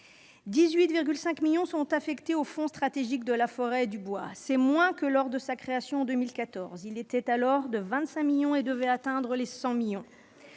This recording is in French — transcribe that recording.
18,5 millions d'euros est affectée au fonds stratégique de la forêt et du bois. C'est moins qu'à sa création, en 2014. Il était alors doté de 25 millions d'euros, et devait atteindre les 100 millions